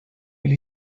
you